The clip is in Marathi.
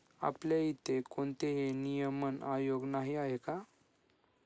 आपल्या इथे कोणतेही नियमन आयोग नाही आहे का?